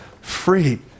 free